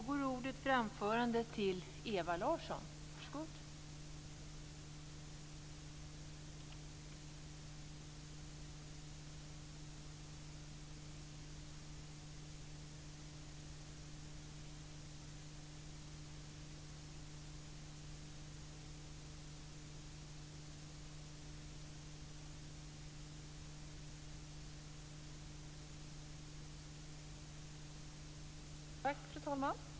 Fru talman!